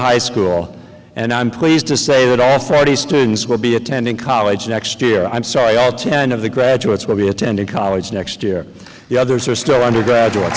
high school and i'm pleased to say that i have forty students will be attending college next year i'm sorry all ten of the graduates will be attending college next year the others are still undergraduate